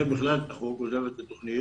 עוזב בכלל את החוג, עוזב את התוכנית.